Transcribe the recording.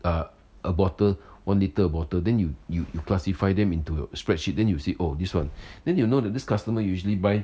a a bottle one litre a bottle then you you you classify them into your spreadsheet then you will see oh this one then you will know that this customer usually buy